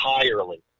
entirely –